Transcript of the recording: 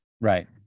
Right